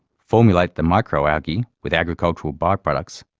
formulate the microalgae with agricultural bio-products,